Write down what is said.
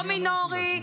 לא מינורי.